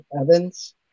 Evans